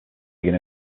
begin